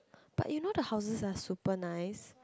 but you know the houses are super nice